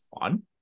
fun